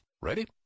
Ready